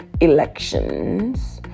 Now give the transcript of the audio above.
elections